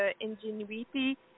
Ingenuity